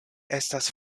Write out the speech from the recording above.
estas